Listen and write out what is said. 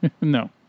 No